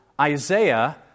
Isaiah